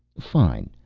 fine.